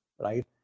right